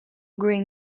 green